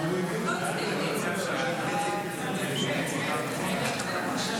ההצעה להעביר את הצעת